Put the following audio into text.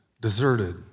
deserted